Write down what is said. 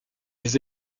les